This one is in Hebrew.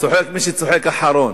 צוחק מי שצוחק אחרון.